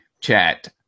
chat